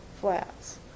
flats